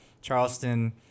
Charleston